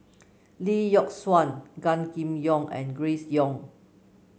Lee Yock Suan Gan Kim Yong and Grace Young